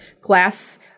glass